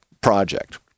project